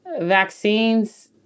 vaccines